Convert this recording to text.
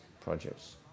projects